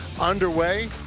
Underway